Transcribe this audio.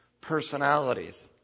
personalities